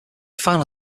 final